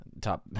Top